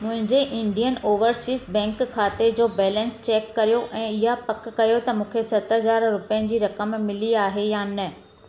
मुंहिंजे Indian Overseas Bank खाते जो बैलेंस चेक करियो ऐं इहा पक कयो त मूंखे सत हज़ार रुपयनि जी रक़म मिली आहे या न